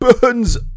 burns